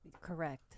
Correct